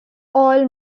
all